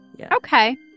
Okay